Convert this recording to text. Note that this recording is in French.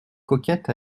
coquette